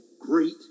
great